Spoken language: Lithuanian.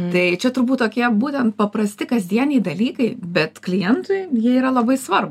tai čia turbūt tokie būtent paprasti kasdieniai dalykai bet klientui jie yra labai svarbūs